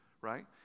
right